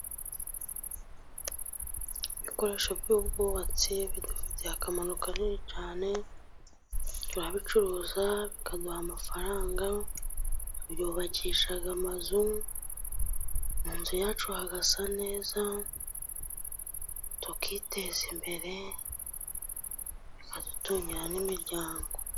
Ibikoresho by'ubwubatsi bidufitiye akamaro kanini cyane, turabicuruza bikaguha amafaranga, tubyubakisha amazu, mu nzu yacu hagasa neza, tukiteza imbere, bikadutungira n'imiryango.